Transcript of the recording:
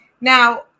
Now